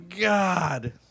God